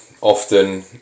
often